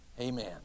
Amen